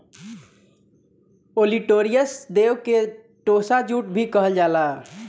olitorius देव के टोसा जूट भी कहल जाला